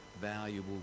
valuable